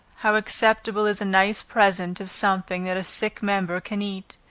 how acceptable is a nice present of something that a sick member can eat